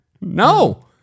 No